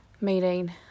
meeting